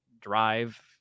drive